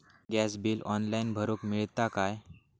Gas bill online भरुक मिळता काय?